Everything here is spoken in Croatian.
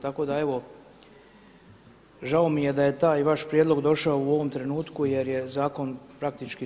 Tako da evo, žao mi je da je taj vaš prijedlog došao u ovom trenutku jer je zakon praktički tu.